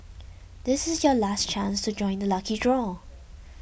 this is your last chance to join the lucky draw